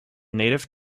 native